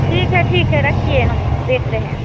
ठीक है ठीक रखिए हम देख रहे हैं